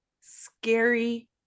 scary